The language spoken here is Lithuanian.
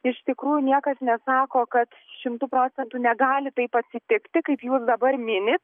iš tikrųjų niekas nesako kad šimtu procentu negali taip atsitikti kaip jūs dabar minit